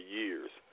years